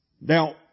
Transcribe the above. Now